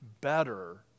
better